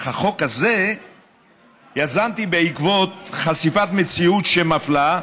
אך את החוק הזה יזמתי בעקבות חשיפת מציאות שמפלה,